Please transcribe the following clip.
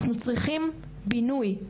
אנחנו צריכים בינוי.